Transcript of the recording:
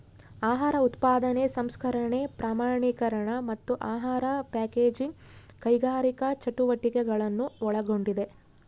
ಆಹಾರ ಉತ್ಪಾದನೆ ಸಂಸ್ಕರಣೆ ಪ್ರಮಾಣೀಕರಣ ಮತ್ತು ಆಹಾರ ಪ್ಯಾಕೇಜಿಂಗ್ ಕೈಗಾರಿಕಾ ಚಟುವಟಿಕೆಗಳನ್ನು ಒಳಗೊಂಡಿದೆ